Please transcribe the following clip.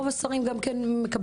רוב השרים גם מקבלים,